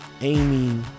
Amy